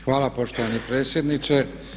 Hvala poštovani predsjedniče.